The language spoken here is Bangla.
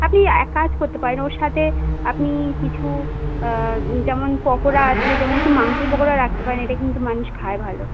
আপনি এক কাজ করতে পারেন ওর সাথে আপনি কিছু যেমন পকোড়া আছে যেমন একটু মাংসের পকোড়া রাখতে পারেন এটা কিন্তু মানুষ খায় ভালো